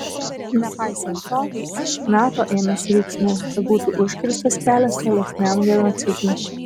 nepaisant to nato ėmėsi veiksmų kad būtų užkirstas kelias tolesniam genocidui